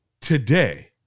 today